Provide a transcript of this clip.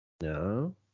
No